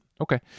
Okay